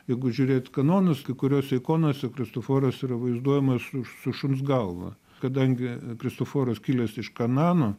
jeigu žiūrėt kanonus kai kuriose ikonose kristoforas yra vaizduojamas su šuns galva kadangi kristoforas kilęs iš kanano